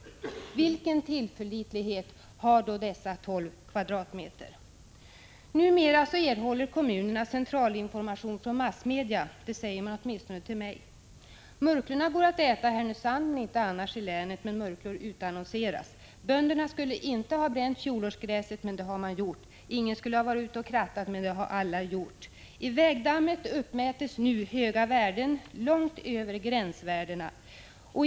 Vilken tillförlitlighet har mätningarna på dessa tolv kvadratmeter? Numera erhåller kommunerna centralinformation från massmedia — det har man åtminstone sagt till mig. Murklorna går att äta i Härnösand men inte i länet i övrigt, men murklor utannonseras. Bönderna skulle inte ha bränt fjolårsgräset, men det har de gjort. Ingen skulle ha varit ute och krattat, men det har alla gjort. I vägdammet uppmäts nu höga värden långt över gränsvärdena.